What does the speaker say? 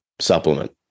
supplement